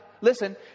Listen